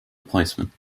replacement